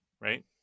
right